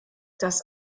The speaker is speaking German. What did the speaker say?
das